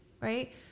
right